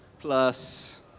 Plus